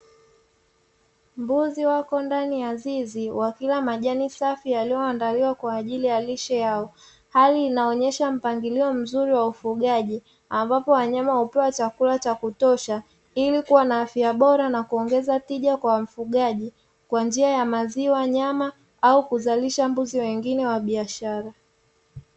Mbuzi wako ndani ya zizi, wakila majani safi yaliyoandaliwa kwa ajili ya lishe yao, hali inaonyesha mpangilio mzuri wa ufugaji; ambapo wanyama hupewa chakula cha kutosha ili kuwa na afya bora, na kuongeza tija kwa mfugaji kwa njia ya maziwa, nyama au kuzalisha mbuzi wengine wa biashara.